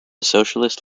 socialist